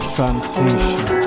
Transition